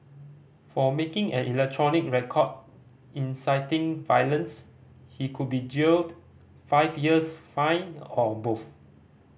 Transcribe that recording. for making an electronic record inciting violence he could be jailed five years fined or both